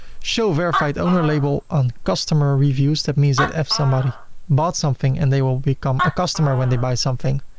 show verified owner label on customer reviews, that means that if somebody bought something and they will become a customer when they buy something,